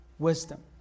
Wisdom